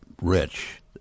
rich